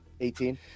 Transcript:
18